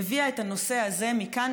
הביאה את הנושא הזה מכאן,